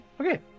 okay